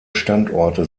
standorte